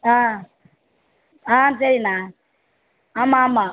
ஆ ஆ சரிணா ஆமாம் ஆமாம்